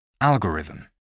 Algorithm